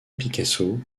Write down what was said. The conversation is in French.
picasso